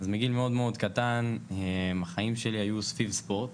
אז מגיל מאוד מאוד קטן החיים שלי היו סביב ספורט.